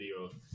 video